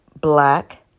black